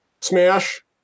Smash